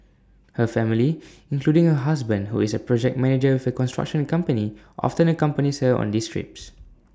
her family including her husband who is A project manager with A construction company often accompanies her on these trips